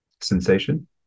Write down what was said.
sensation